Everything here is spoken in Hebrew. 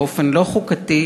באופן לא חוקתי,